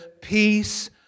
peace